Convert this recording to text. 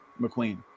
mcqueen